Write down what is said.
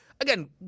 Again